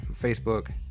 Facebook